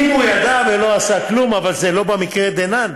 אם הוא ידע ולא עשה כלום, זה לא במקרה דנן.